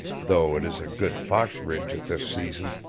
though it is a good fox ridge at this season.